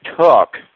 took